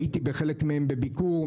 בחלק מהן הייתי בביקור.